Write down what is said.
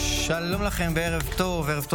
הישיבה הבאה תתקיים ביום רביעי